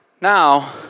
Now